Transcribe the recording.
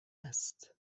است